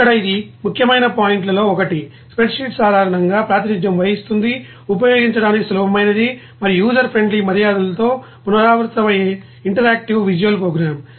ఇక్కడ ఇది ముఖ్యమైన పాయింట్లలో ఒకటి స్ప్రెడ్షీట్ సాధారణంగా ప్రాతినిధ్యం వహిస్తుంది ఉపయోగించడానికి సులభమైనది మరియు యూజర్ ఫ్రెండ్లీ మర్యాదలతో పునరావృతమయ్యే ఇంటరాక్టివ్ విజువల్ ప్రోగ్రామ్